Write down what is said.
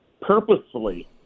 purposefully